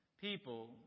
people